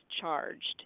charged